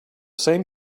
same